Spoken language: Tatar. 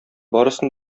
барысын